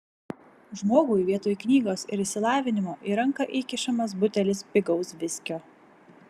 žmogui vietoj knygos ir išsilavinimo į ranką įkišamas butelis pigaus viskio